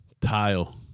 tile